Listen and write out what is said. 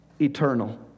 eternal